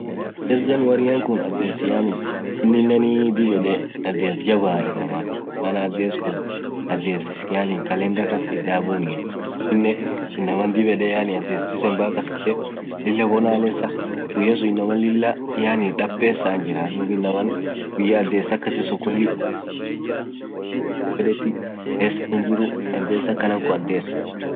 adhes January kunn adhes yaani ininen dhib yed adhes jabba inamath maaan adhes kunn adhes calendar kas ithidhabuni dhubinen inamaan dhib yed adhes December kas bee Lilah bonalesa guyya sunn inamaa Lilah yaani dhab pesa hinjiraa dhub inamaan guyya adhes akasisun khulii hinfedhuu maan ijolen shule dhethii pesa hinjiru adhes akhana khun adhes akasithii